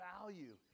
value